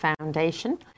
Foundation